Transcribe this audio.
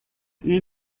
ils